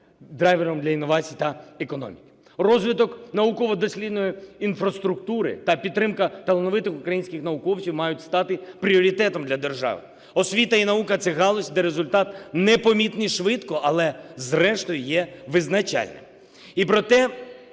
драйвером для інновацій та економіка. Розвиток науково-дослідної інфраструктури та підтримка талановитих українських науковців мають стати пріоритетом для держави. Освіта і наука – це галузь, де результат не помітний швидко, але, зрештою, є визначальним. І проте,